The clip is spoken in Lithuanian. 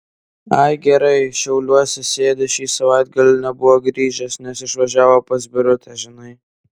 ai gerai šiauliuose sėdi šį savaitgalį nebuvo grįžęs nes išvažiavo pas birutę žinai